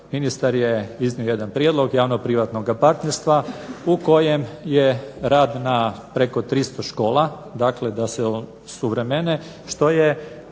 ministar je iznio jedan prijedlog javno-privatnoga partnerstva u kojem je rad na preko 300 škola, dakle da se osuvremene, što je